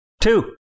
Two